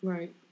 Right